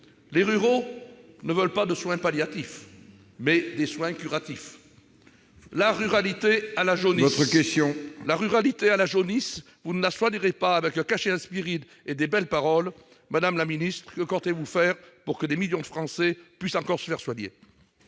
Les ruraux ne veulent pas de soins palliatifs, mais des soins curatifs. La ruralité a la jaunisse, ... Votre question !... vous ne la soignerez pas avec un cachet d'aspirine et des belles paroles. Madame la ministre de la santé, que comptez-vous faire pour que des millions de Français puissent encore se faire soigner ?